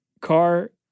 car